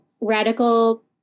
radical